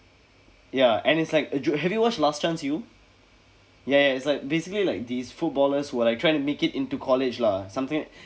ya and it's like you have you watched last chance you ya ya it's like basically like these footballers who are like trying to make it into college lah something and they're given them